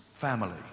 family